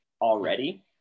already